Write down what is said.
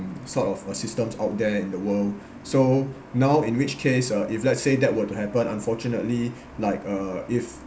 sort of uh systems out there in the world so now in which case uh if let's say that were to happen unfortunately like uh if